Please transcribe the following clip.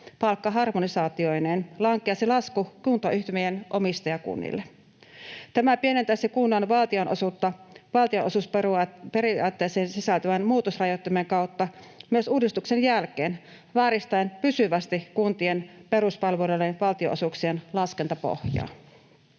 palkkaharmonisaatioineen, lankeaa se lasku kuntayhtymien omistajakunnille. Tämä pienentäisi kunnan valtionosuutta valtionosuusperiaatteeseen sisältyvän muutosrajoittimen kautta myös uudistuksen jälkeen vääristäen pysyvästi kuntien peruspalvelujen valtionosuuksien laskentapohjaa.